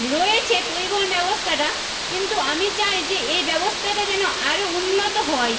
রয়েছে পরিবহণ ব্যবস্থাটা কিন্তু আমি চাই যে এই ব্যবস্থাটা যেন আরও উন্নত হয়